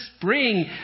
spring